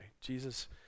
Jesus